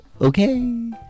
Okay